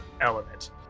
element